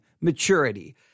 maturity